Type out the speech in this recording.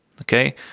okay